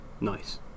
Nice